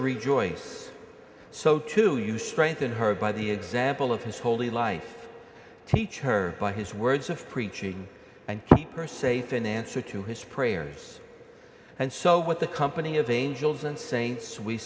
re joyce so to you strengthen her by the example of his holy life teach her by his words of preaching and keep her safe in answer to his prayers and so with the company of angels and saints we